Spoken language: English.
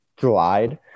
glide